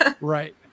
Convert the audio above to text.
right